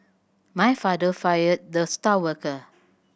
my father fired the star worker